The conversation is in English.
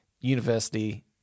university